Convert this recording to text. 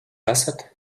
esat